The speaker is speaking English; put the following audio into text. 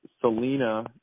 selena